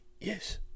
yes